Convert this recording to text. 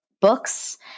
books